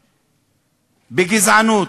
תמיכה בגזענות,